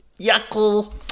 Yuckle